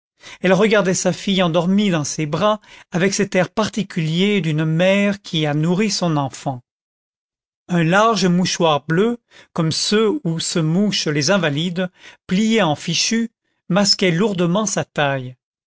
elle regardait sa fille endormie dans ses bras avec cet air particulier d'une mère qui a nourri son enfant un large mouchoir bleu comme ceux où se mouchent les invalides plié en fichu masquait lourdement sa taille